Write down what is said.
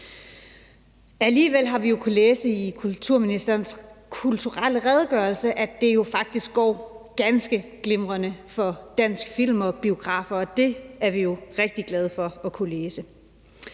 Alligevel har vi jo kunnet læse i kulturministerens kulturelle redegørelse, at det jo faktisk går ganske glimrende for dansk film og danske biografer, og det er vi jo rigtig glade for at kunne læse.